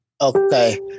Okay